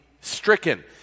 stricken